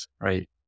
right